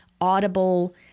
audible